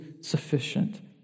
sufficient